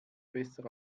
besser